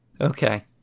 okay